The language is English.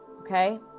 Okay